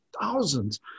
thousands